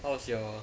how's your